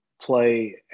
play